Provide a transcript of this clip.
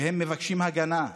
והם מבקשים הגנה.